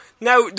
now